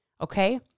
okay